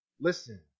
listen